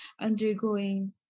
undergoing